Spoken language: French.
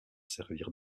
servir